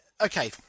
Okay